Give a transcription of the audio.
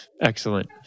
Excellent